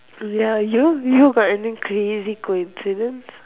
ya you you got any crazy coincidence